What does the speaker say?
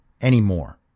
anymore